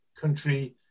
country